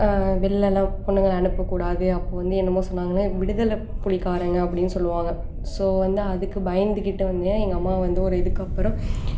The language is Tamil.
வெளிலல்லாம் பொண்ணுங்களை அனுப்பக்கூடாது அப்போது வந்து என்னமோ சொன்னாங்களே விடுதலை புலிக்காரங்க அப்படின்னு சொல்லுவாங்க ஸோ வந்து அதுக்கு பயந்துக்கிட்டு வந்து எங்கள் அம்மா வந்து ஒரு இதுக்கு அப்புறம்